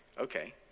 Okay